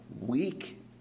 weak